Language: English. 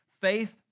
faith